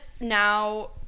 now